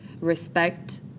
respect